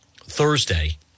Thursday